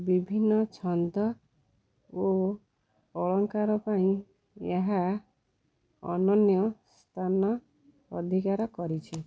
ବିଭିନ୍ନ ଛନ୍ଦ ଓ ଅଳଙ୍କାର ପାଇଁ ଏହା ଅନନ୍ୟ ସ୍ଥାନ ଅଧିକାର କରିଛି